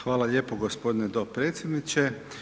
Hvala lijepo gospodine dopredsjedniče.